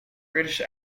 british